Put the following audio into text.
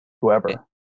whoever